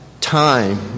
time